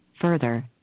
further